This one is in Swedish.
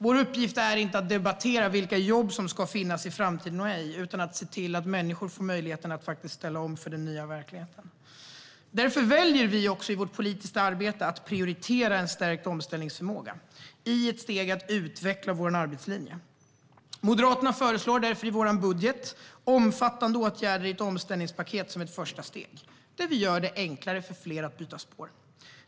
Vår uppgift är inte att debattera vilka jobb som ska finnas i framtiden utan att se till att människor får möjlighet att ställa om för den nya verkligheten. Därför väljer vi i vårt politiska arbete att prioritera en stärkt omställningsförmåga som ett steg i att utveckla vår arbetslinje. Vi moderater föreslår därför i vår budget omfattande åtgärder i ett omställningspaket som ett första steg. Vi vill göra det enklare för fler att byta spår.